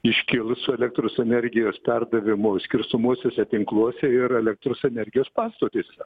iškilo su elektros energijos perdavimu skirstomuosiuose tinkluose ir elektros energijos pastotėse